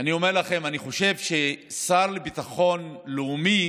אני חושב שהשר לביטחון לאומי